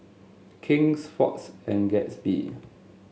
King's Fox and Gatsby